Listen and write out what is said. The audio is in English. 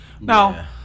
Now